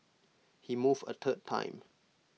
he moved A third time